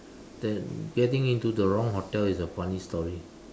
that getting into the wrong hotel is a funny story